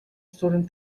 sorun